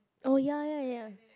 oh ya ya ya